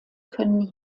können